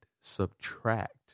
subtract